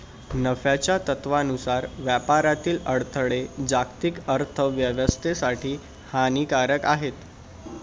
नफ्याच्या तत्त्वानुसार व्यापारातील अडथळे जागतिक अर्थ व्यवस्थेसाठी हानिकारक आहेत